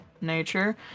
Nature